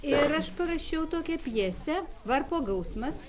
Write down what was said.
ir aš parašiau tokią pjesę varpo gausmas